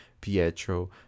Pietro